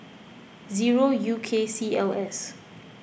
zero U K C L S